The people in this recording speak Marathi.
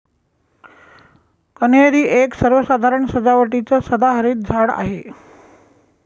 कन्हेरी एक सर्वसाधारण सजावटीचं सदाहरित झाड आहे